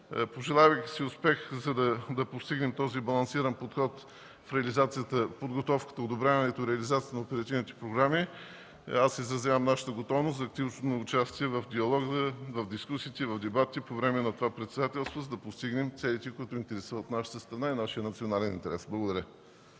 Пожелавайки си успех, за да постигнем този балансиран подход в реализацията, подготовката и одобряването реализацията на оперативните програми, изразявам нашата готовност за активно участие в диалога, в дискусиите, в дебатите по време на това председателство, за да постигнем целите, които интересуват нашата страна и нашия национален интерес. Благодаря.